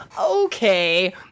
okay